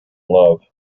love